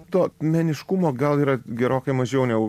to meniškumo gal yra gerokai mažiau negu